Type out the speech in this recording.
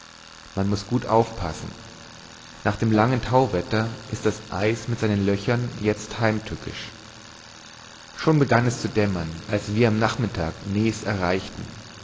man muß gut aufpassen nach dem langen tauwetter ist das eis mit seinen löchern jetzt heimtückisch schon begann es zu dämmern als wir am nachmittag nes erreichten